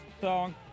song